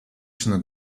sono